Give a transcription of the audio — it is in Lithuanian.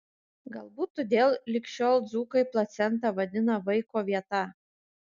galbūt todėl lig šiol dzūkai placentą vadina vaiko vieta